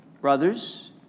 brothers